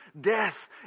death